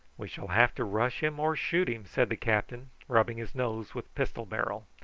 we shall have to rush him or shoot him, said the captain, rubbing his nose with pistol barrel.